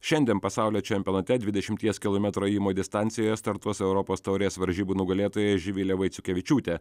šiandien pasaulio čempionate dvidešimties kilometrų ėjimo distancijoje startuos europos taurės varžybų nugalėtoja živilė vaiciukevičiūtė